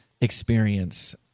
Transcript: experience